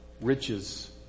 riches